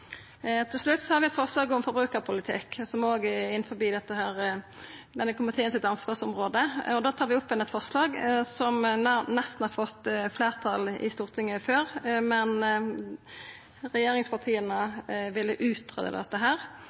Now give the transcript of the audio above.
slutt har vi eit forslag om forbrukarpolitikk, som òg er under ansvarsområdet til denne komiteen. Vi tar opp igjen eit forslag som nesten har fått fleirtal i Stortinget før, men regjeringspartia ville